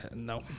No